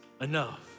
enough